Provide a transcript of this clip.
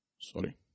Sorry